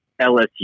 LSU